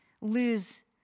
lose